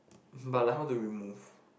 but like how to remove